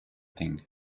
thing